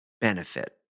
benefit